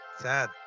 sad